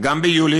גם ביולי,